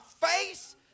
face